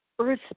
Earth